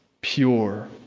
pure